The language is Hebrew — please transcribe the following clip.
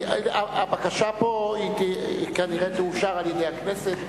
הבקשה כנראה תאושר על-ידי הכנסת,